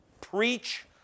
preach